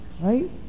right